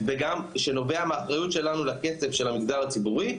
שנובע מהאחריות שלנו לכסף של המגזר הציבורי,